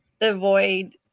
avoid